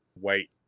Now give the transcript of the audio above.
wait